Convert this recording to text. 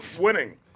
winning